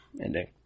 ending